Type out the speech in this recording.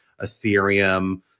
Ethereum